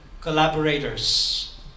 collaborators